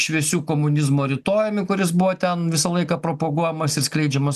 šviesiu komunizmo rytojumi kuris buvo ten visą laiką propaguojamas ir skleidžiamas